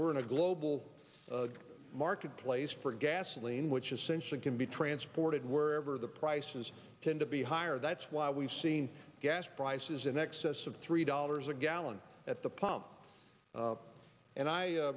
we're in a global marketplace for gasoline which essentially can be transported wherever the prices tend to be higher that's why we've seen gas prices in excess of three dollars a gallon at the pump and i